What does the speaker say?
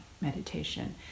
meditation